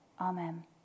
Amen